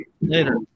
later